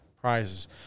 prizes